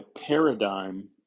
paradigm